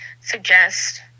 suggest